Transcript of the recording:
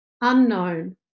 unknown